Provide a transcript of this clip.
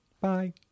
Bye